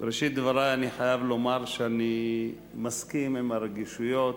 בראשית דברי אני חייב לומר שאני מסכים עם הרגישויות